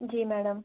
जी madam